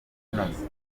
inoze